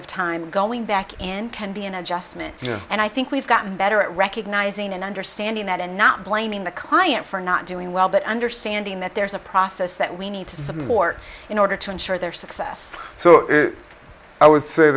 of time and going back in can be an adjustment and i think we've gotten better at recognizing and understanding that and not blaming the client for not doing well but understanding that there's a process that we need to support in order to ensure their success so i w